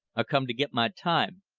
i come to get my time,